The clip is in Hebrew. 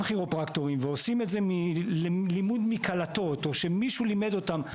כירופרקטורים ועושים את זה מלימוד מקלטות או שמישהו לימד אותם.